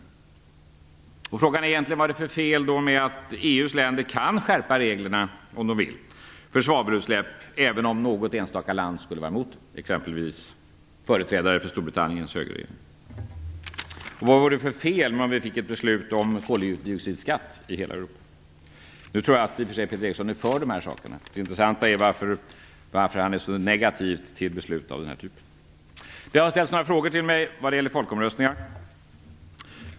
Frågan är vad det egentligen är för fel med att EU:s länder kan skärpa reglerna för svavelutsläpp om de vill, även om något enstaka land skulle vara emot det, exempelvis företrädare för Storbritanniens högerregering. Vad vore det för fel om man fick ett beslut om koldioxidskatt i hela Europa? Nu tror jag i och för sig att Peter Eriksson är för de sakerna. Det intressanta är varför han är så negativ till beslut av den här typen. Det har ställts några frågor till mig vad gäller folkomröstningar.